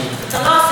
לא,